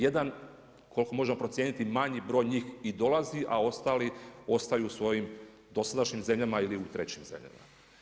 Jedan koliko možemo procijeniti manji broj njih i dolazi, a ostali ostaju u svojim dosadašnjim zemljama ili u trećim zemljama.